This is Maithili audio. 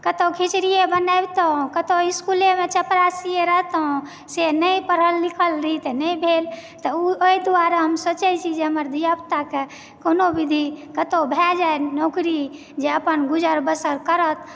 कतहुँ खिचड़िए बनेबतहुँ कतहुँ स्कूलेमे चपरासिए रहितहुँ से नहि पढ़ल लिखल रहि तऽ नहि भेल तऽ ओ एहिदुआरे हम सोचय छी कि हमर धियापुताके कोनो विधि कतहुँ भए जानि नौकरी जे अपन गुजर बसर करत